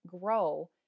grow